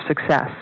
success